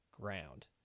ground